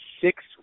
six